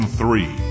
three